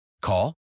Call